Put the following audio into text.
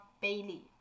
Bailey